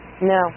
No